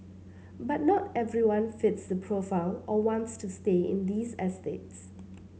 but not everyone fits the profile or wants to stay in these estates